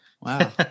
Wow